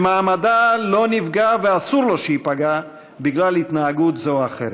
שמעמדה לא נפגע ואסור לו שייפגע בגלל התנהגות זו או אחרת.